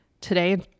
today